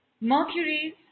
Mercury's